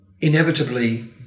inevitably